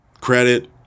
credit